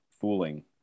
fooling